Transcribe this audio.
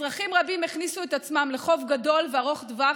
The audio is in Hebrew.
אזרחים רבים הכניסו את עצמם לחוב גדול וארוך טווח